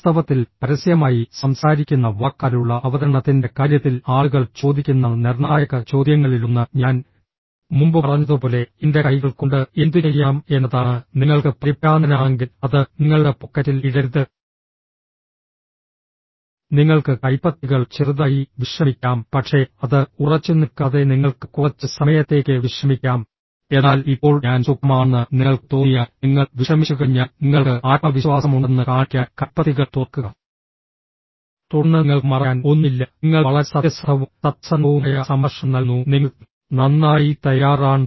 വാസ്തവത്തിൽ പരസ്യമായി സംസാരിക്കുന്ന വാക്കാലുള്ള അവതരണത്തിന്റെ കാര്യത്തിൽ ആളുകൾ ചോദിക്കുന്ന നിർണായക ചോദ്യങ്ങളിലൊന്ന് ഞാൻ മുമ്പ് പറഞ്ഞതുപോലെ എന്റെ കൈകൾ കൊണ്ട് എന്തുചെയ്യണം എന്നതാണ് നിങ്ങൾക്ക് പരിഭ്രാന്തനാണെങ്കിൽ അത് നിങ്ങളുടെ പോക്കറ്റിൽ ഇടരുത് നിങ്ങൾക്ക് കൈപ്പത്തികൾ ചെറുതായി വിശ്രമിക്കാം പക്ഷേ അത് ഉറച്ചുനിൽക്കാതെ നിങ്ങൾക്ക് കുറച്ച് സമയത്തേക്ക് വിശ്രമിക്കാം എന്നാൽ ഇപ്പോൾ ഞാൻ സുഖമാണെന്ന് നിങ്ങൾക്ക് തോന്നിയാൽ നിങ്ങൾ വിശ്രമിച്ചുകഴിഞ്ഞാൽ നിങ്ങൾക്ക് ആത്മവിശ്വാസമുണ്ടെന്ന് കാണിക്കാൻ കൈപ്പത്തികൾ തുറക്കുക തുടർന്ന് നിങ്ങൾക്ക് മറയ്ക്കാൻ ഒന്നുമില്ല നിങ്ങൾ വളരെ സത്യസന്ധവും സത്യസന്ധവുമായ സംഭാഷണം നൽകുന്നു നിങ്ങൾ നന്നായി തയ്യാറാണ്